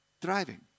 driving